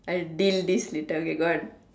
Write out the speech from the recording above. I'll deal this later okay go on